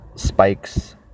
Spikes